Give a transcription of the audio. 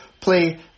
play